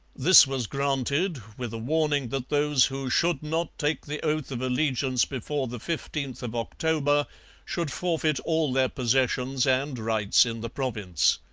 this was granted, with a warning that those who should not take the oath of allegiance before the fifteenth of october should forfeit all their possessions and rights in the province